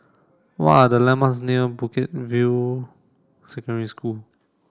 what are the landmarks near Bukit View Secondary School